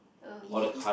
oh